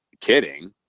kidding